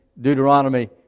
Deuteronomy